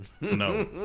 No